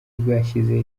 bwashyizeho